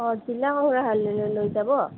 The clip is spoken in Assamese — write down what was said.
অঁ জিলা সংগ্ৰহালয়লে লৈ যাব